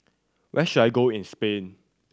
where should I go in Spain